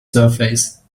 surface